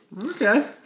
Okay